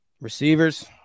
Receivers